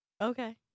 Okay